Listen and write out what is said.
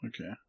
Okay